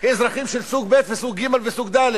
כאזרחים סוג ב', וסוג ג' וסוג ד'?